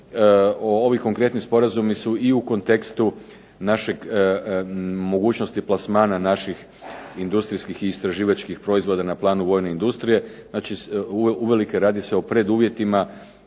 Ovi konkretni sporazumi su i u kontekstu naše mogućnosti plasmana naših industrijskih i istraživačkih proizvoda na planu vojne industrije. Znači, uvelike radi se o preduvjetima